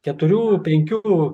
keturių penkių